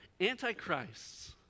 Antichrist's